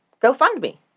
GoFundMe